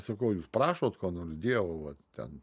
sakau jūs prašot ko nors dievo vat ten